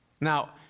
Now